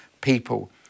people